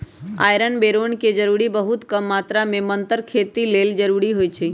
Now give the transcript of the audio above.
iron boron के जरूरी बहुत कम मात्र में मतर खेती लेल जरूरी होइ छइ